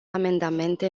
amendamente